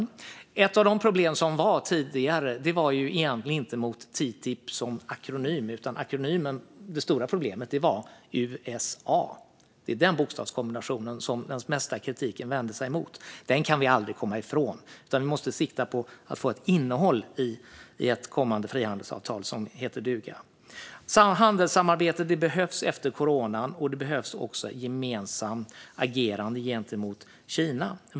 Det stora problemet tidigare var egentligen inte akronymen TTIP utan USA - det var den bokstavskombinationen som den mesta kritiken vände sig mot. Den kan vi aldrig komma ifrån. Vi måste sikta på att få ett innehåll som heter duga i ett kommande frihandelsavtal. Handelssamarbetet behövs efter corona. Det behövs också gemensamt agerande gentemot Kina.